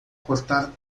cortar